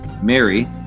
Mary